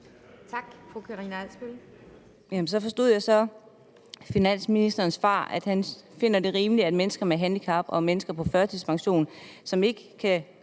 Jamen så forstår jeg på finansministerens svar, at han finder det rimeligt, at mennesker med handicap og mennesker på førtidspension, som ikke kan